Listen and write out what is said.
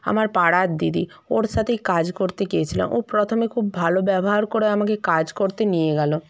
আমার পাড়ার দিদি ওর সাথেই কাজ করতে গিয়েছিলাম ও প্রথমে খুব ভালো ব্যবহার করে আমাকে কাজ করতে নিয়ে গেল